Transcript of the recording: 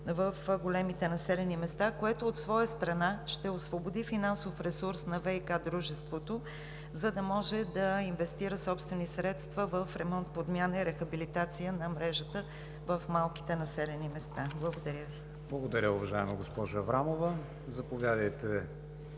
в големите населени места, което от своя страна ще освободи финансов ресурс на ВиК дружеството, за да може да инвестира собствени средства в ремонт, подмяна и рехабилитация на мрежата в малките населени места. Благодаря Ви. ПРЕДСЕДАТЕЛ КРИСТИАН ВИГЕНИН: Благодаря Ви, уважаема госпожо Аврамова. Заповядайте